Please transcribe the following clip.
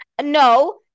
No